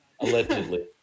Allegedly